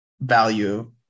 value